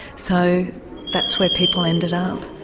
so that's where people ended up.